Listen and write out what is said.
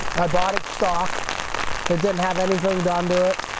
i bought it stock that didn't have anything done to it.